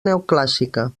neoclàssica